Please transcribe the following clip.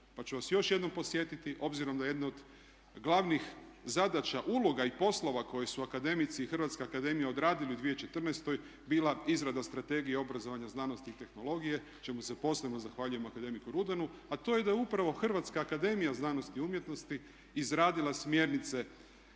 pa ću vas još jednom podsjetiti obzirom da jedne od glavnih zadaća, uloga i poslova koje su akademici Hrvatske akademije odradili u 2014. bila izrada Strategije obrazovanja, znanosti i tehnologije čemu se posebno zahvaljujem akademiku Rudanu, a to je da je upravo Hrvatska akademija znanosti i umjetnosti izradila smjernice